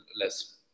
less